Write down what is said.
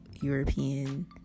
European